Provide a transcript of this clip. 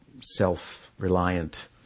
self-reliant